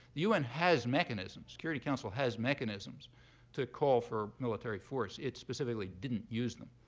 un has mechanisms, security council has mechanisms to call for military force. it specifically didn't use them.